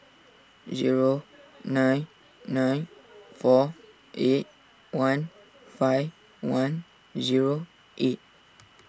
zero nine nine four eight one five one zero eight